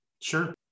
Sure